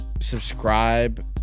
subscribe